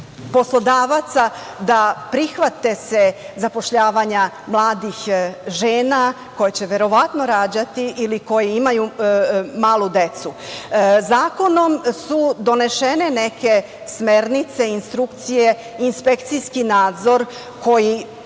poslodavaca da prihvate se zapošljavanja mladih žena koje će verovatno rađati ili koje imaju malu decu. Zakonom su donesene neke smernice, instrukcije, inspekcijski nadzor koji